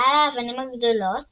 מעל האבנים הגדולות